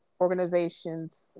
organizations